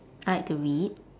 I like to read